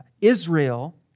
Israel